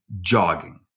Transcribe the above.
Jogging